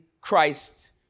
Christ